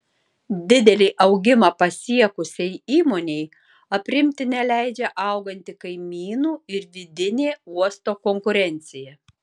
didelį augimą pasiekusiai įmonei aprimti neleidžia auganti kaimynų ir vidinė uosto konkurencija